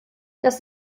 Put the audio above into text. das